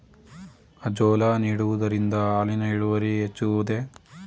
Azolla ನೀಡುವುದರಿಂದ ಹಾಲಿನ ಇಳುವರಿ ಹೆಚ್ಚುವುದೇ?